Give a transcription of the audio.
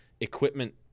equipment